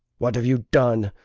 what have you done?